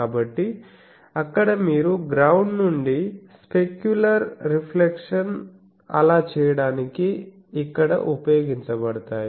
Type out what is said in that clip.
కాబట్టి అక్కడ మీరు గ్రౌండ్ నుండి స్పెక్యులర్ రిఫ్లెక్షన్స్ అలా చేయడానికి ఇక్కడ ఉపయోగించబడతాయి